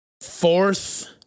fourth